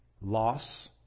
loss